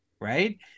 Right